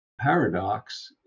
paradox